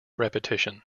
repetition